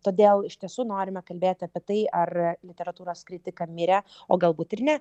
todėl iš tiesų norime kalbėti apie tai ar literatūros kritika mirė o galbūt ir ne